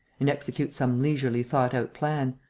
and execute some leisurely thought-out plan.